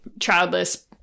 childless